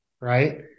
right